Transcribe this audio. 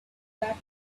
that